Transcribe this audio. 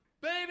baby